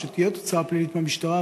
או שתהיה תוצאה פלילית מהמשטרה,